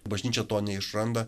bažnyčia to neišranda